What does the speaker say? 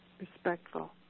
respectful